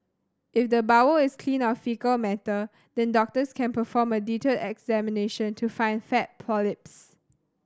if the bowel is clean of faecal matter then doctors can perform a detailed examination to find flat polyps